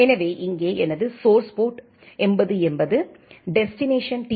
எனவே இங்கே எனது சோர்ஸ் போர்ட் 8080 டெஸ்டினேஷன் டி